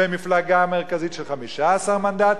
ומפלגה מרכזית של 15 מנדטים,